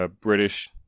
British